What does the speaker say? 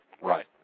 Right